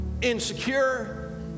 insecure